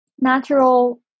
natural